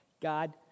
God